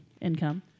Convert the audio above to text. income